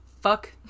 fuck